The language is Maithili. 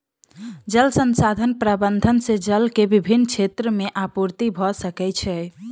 जल संसाधन प्रबंधन से जल के विभिन क्षेत्र में आपूर्ति भअ सकै छै